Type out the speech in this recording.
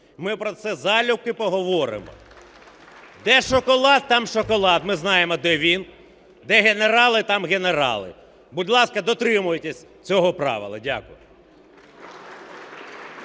ми про це залюбки поговоримо. Де шоколад - там шоколад, ми знаємо, де він. Де генерали - там генерали. Будь ласка, дотримуйтеся цього правила. Дякую.